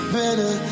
better